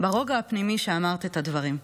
וברוגע הפנימי שבו אמרת את הדברים.